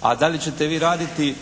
a da li ćete vi raditi